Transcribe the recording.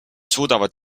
suudavad